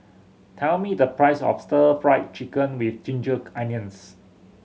tell me the price of Stir Fry Chicken with ginger onions